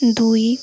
ଦୁଇ